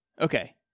Okay